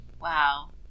Wow